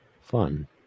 Fun